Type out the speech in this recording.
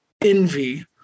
envy